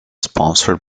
sponsored